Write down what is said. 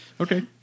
Okay